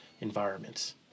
environments